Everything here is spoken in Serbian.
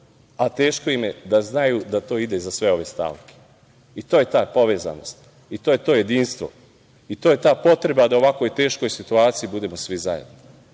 a teško im je, da znaju da to ide za sve ove stavke i to je ta povezanost i to je to jedinstvo. To je ta potreba da u ovako teškoj situaciji budemo svi zajedno.